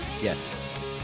Yes